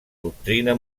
doctrina